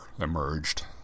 emerged